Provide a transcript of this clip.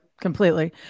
completely